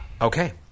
Okay